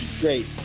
Great